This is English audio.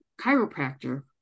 chiropractor